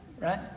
right